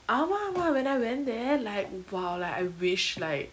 ஆமா ஆமா:aama aama when I went there like !wow! like I wish like